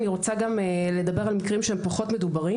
אני רוצה לדבר גם על מקרים שהם פחות מדוברים,